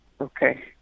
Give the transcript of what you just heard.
Okay